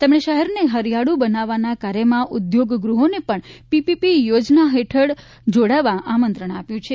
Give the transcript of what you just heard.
તેમણે શહેરને હરિયાળુ બનાવવાના કાર્યમાં ઉદ્યોગ ગૃહોને પણ પીપીપી યોજના હેઠળ જોડાવા આમંત્રણ આપ્યું છે